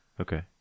Okay